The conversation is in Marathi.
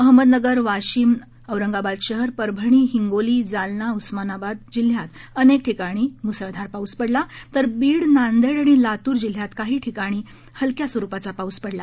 अहमदनगर वाशीम आरंगाबाद शहर परभणी हिंगोली जालना उस्मानाबात जिल्ह्यात अनेक ठिकाणी मुसळधार पाऊस पडला तर बीड नांदेड आणि लातूर जिल्ह्यात काही ठिकाणी हलक्या स्वरुपात पाऊस पडला